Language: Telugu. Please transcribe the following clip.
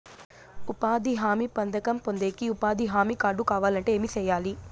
ఉపాధి హామీ పథకం పొందేకి ఉపాధి హామీ కార్డు కావాలంటే ఏమి సెయ్యాలి?